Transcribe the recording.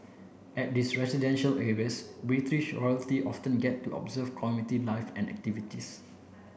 at these residential areas British royalty often get to observe community life and activities